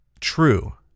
true